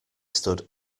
stood